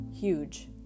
huge